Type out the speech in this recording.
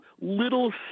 little